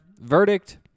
Verdict